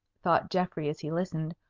thought geoffrey as he listened.